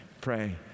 pray